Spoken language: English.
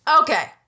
Okay